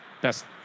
best